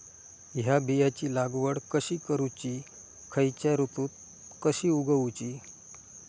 हया बियाची लागवड कशी करूची खैयच्य ऋतुत कशी उगउची?